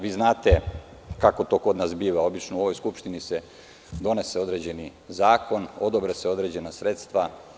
Vi znate kako to kod nas obično biva u ovoj Skupštini se donose određeni zakon, odobre se određena sredstva.